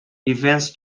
events